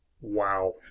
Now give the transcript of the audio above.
Wow